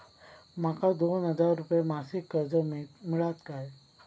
माका दोन हजार रुपये मासिक कर्ज मिळात काय?